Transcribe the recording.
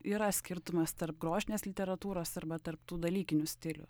yra skirtumas tarp grožinės literatūros arba tarp tų dalykinių stilių